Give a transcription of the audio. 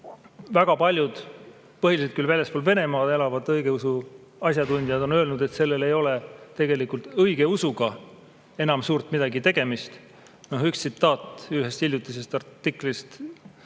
Väga paljud, põhiliselt küll väljaspool Venemaad elavad õigeusu asjatundjad on öelnud, et sellel ei ole tegelikult õigeusuga enam suurt midagi tegemist. Üks tsitaat ühest hiljutisest artiklist